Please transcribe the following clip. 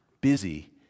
busy